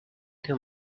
too